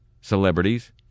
celebrities